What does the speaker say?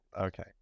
Okay